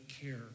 care